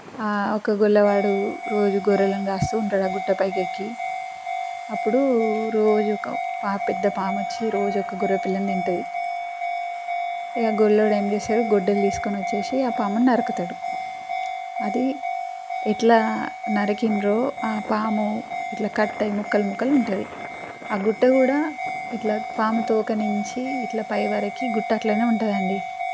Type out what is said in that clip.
ఒక గొల్లవాడు రోజు గొర్రెలను కాస్తూ ఉంటాడు ఆ గుట్ట పైకెక్కి అప్పుడు రోజు ఒక పా పెద్ద పాము వచ్చి రోజు ఒక గొర్రె పిల్లని తింటది ఇగ ఆ గొర్రెలోడు ఏం చేస్తాడు గొడ్డలి తీసుకొని వచ్చేషి ఆ పాముని నరుకుతాడు అది ఎట్లా నరికిండ్రో ఆ పాము ఇట్ల కట్ అయ్యి ముక్కలు ముక్కలు ఉంటది ఆ గుట్ట కూడా ఇట్లా పాము తోకనుంచి ఇట్ల పై వరికి గుట్ట అట్లనే ఉంటాదండి